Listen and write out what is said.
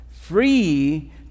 free